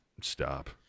stop